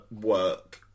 work